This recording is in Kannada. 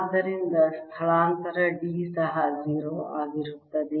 ಆದ್ದರಿಂದ ಸ್ಥಳಾಂತರ D ಸಹ 0 ಆಗಿರುತ್ತದೆ